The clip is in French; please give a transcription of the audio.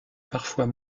parfois